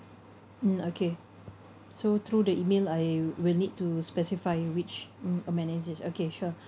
mm okay so through the email I will need to specify which mm amenities okay sure